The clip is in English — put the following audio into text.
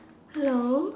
hello